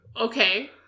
Okay